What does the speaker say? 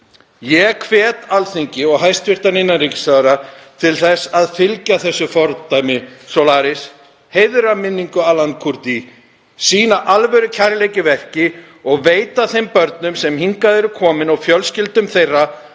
Ég hvet Alþingi og hæstv. innanríkisráðherra til að fylgja fordæmi Solaris, heiðra minningu Alans Kurdis, sýna alvörukærleika í verki og veita þeim börnum sem hingað eru komin og fjölskyldum þeirra